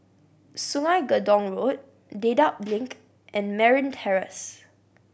Sungei Gedong Road Dedap Link and Merryn Terrace